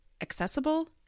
accessible